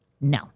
no